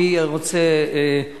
אני רוצה, ברשותך,